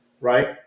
right